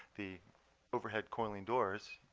the overhead coiling doors